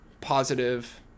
positive